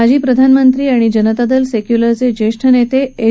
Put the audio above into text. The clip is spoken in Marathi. माजी प्रधानमंत्री आणि जनता दल सेक्युलरचे ज्येष्ठ नेते एच